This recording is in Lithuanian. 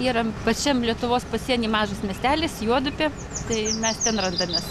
yra pačiam lietuvos pasieny mažas miestelis juodupė tai mes ten randamės